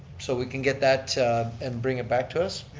so we can get that and bring it back to us.